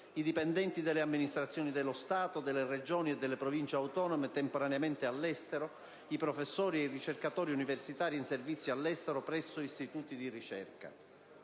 ai dipendenti delle amministrazioni dello Stato, delle Regioni e delle Province autonome, temporaneamente all'estero, ai professori e ai ricercatori universitari in servizio all'estero presso istituti di ricerca;